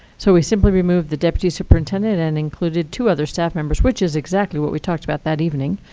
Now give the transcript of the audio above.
so we simply removed the deputy superintendent, and included two other staff members, which is exactly what we talked about that evening.